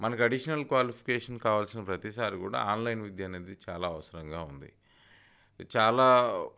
మనకు additional qualification కావాల్సిన ప్రతీసారి కూడా ఆన్లైన్ విద్య అనేది చాలా అవసరంగా ఉంది ఇది చాలా